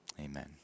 Amen